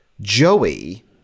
Joey